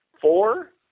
four